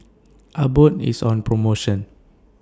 Abbott IS on promotion